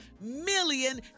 million